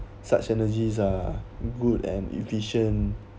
such energies are good and efficient